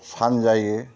सान जायो